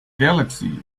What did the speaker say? galaxy